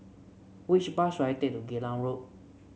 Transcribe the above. which bus should I take to Geylang Road